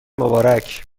مبارک